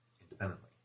independently